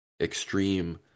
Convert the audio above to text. extreme